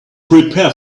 prepare